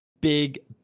Big